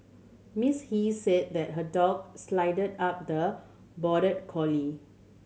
Miss He said that her dog sidled up the border collie